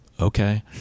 Okay